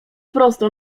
prosto